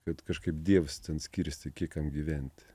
kad kažkaip dievas ten skirstė kiek kam gyventi